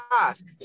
ask